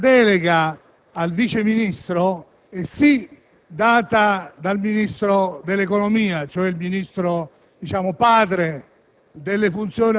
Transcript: che la delega al Vice ministro è sì data dal Ministro dell'economia, cioè il Ministro padre